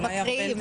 מקריאים,